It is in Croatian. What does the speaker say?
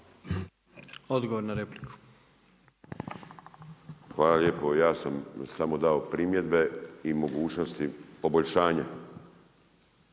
Miro (MOST)** Hvala lijepo. Ja sam dao primjedbe i mogućnosti poboljšanja.